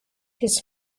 his